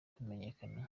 kumenyekana